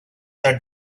that